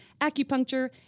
acupuncture